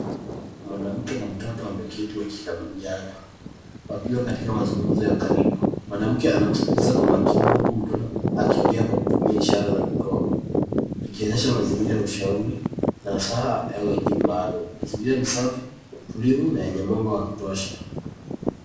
Mwanamke na mtoto wameketi wakikabiliana, wakiwa katika mazungumzo ya karibu. Mwanamke anamsikiliza kwa makini huku mtoto akiongea kwa kutumia ishara za mikono, ikionyesha mazingira ya ushauri, nasaha au elimu maalum. Mazingira ni safi, tulivu na yenye mwanga wa kutosha.